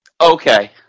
Okay